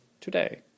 today